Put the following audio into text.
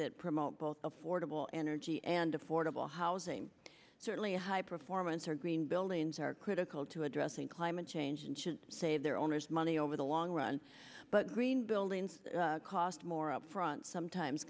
that promote both affordable energy and affordable housing certainly high performance or green buildings are critical to addressing climate change and should save their owners money over the long run but green buildings cost more up front sometimes